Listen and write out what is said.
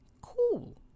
cool